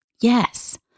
Yes